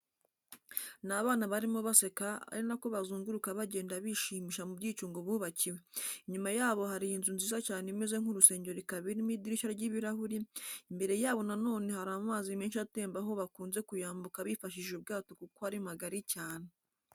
Ni abana barimo baseka ari na ko bazunguruka bagenda bishimisha mu byicungo bubakiwe, inyuma yabo hari inzu nziza cyane imeze nk'urusengero ikaba irimo idirishya ry'ibirahuri, imbere yabo nanone hari amazi menshi atemba aho bakunze kuyambuka bifashshije ubwato kuko ari magari cyane.